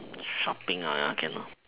shopping I can lor